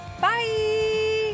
bye